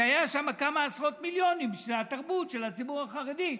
שהיו שם כמה עשרות מיליונים בשביל התרבות של הציבור החרדי,